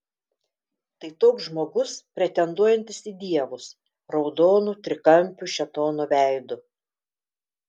tai toks žmogus pretenduojantis į dievus raudonu trikampiu šėtono veidu